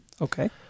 Okay